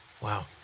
Wow